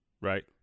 Right